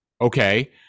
Okay